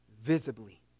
visibly